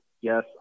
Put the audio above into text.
Yes